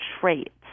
traits